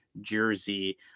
jersey